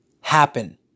happen